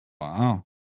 Wow